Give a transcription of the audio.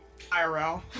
IRL